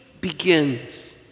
begins